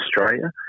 Australia